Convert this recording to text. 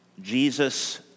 Jesus